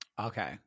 Okay